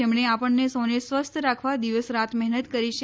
જેમણે આપણને સૌને સ્વસ્થ રાખવા દિવસ રાત મહેનત કરી છે